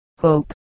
hope